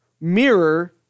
mirror